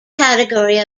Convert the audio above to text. category